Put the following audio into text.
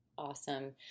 Awesome